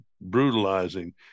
brutalizing